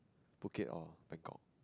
Phuket or Bangkok